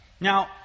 Now